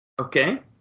Okay